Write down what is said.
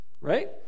Right